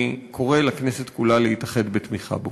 אני קורא לכנסת כולה להתאחד בתמיכה בו.